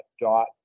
dot